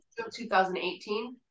2018